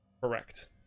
correct